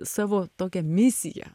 savo tokią misiją